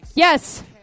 Yes